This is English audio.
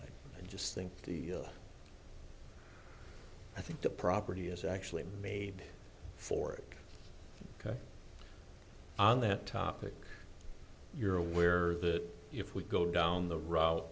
i just think the i think the property is actually made for it ok on that topic you're aware that if we go down the route